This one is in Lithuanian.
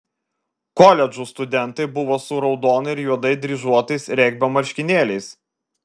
koledžų studentai buvo su raudonai ir juodai dryžuotais regbio marškinėliais